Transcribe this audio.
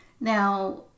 Now